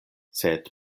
sed